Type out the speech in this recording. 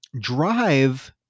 drive